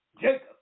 Jacob